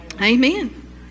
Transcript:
Amen